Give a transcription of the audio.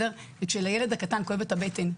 וכשלילד הקטן כואבת הבטן,